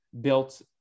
built